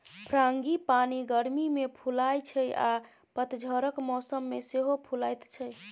frangipani गर्मी मे फुलाइ छै आ पतझरक मौसम मे सेहो फुलाएत छै